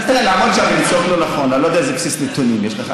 לעמוד שם ולצעוק "לא נכון" אני לא יודע איזה בסיס נתונים יש לך.